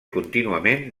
contínuament